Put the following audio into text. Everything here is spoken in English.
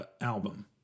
album